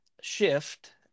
shift